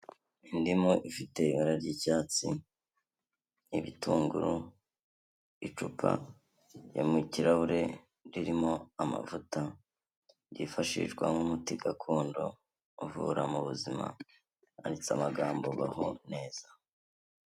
Indimu ifite ibara ry'icyatsi, ibitunguru, icupa ryo mu kirahure ririmo amavuta yifashishwa nk'umuti gakondo uvura mu buzima, yanditse amagambo baho neza.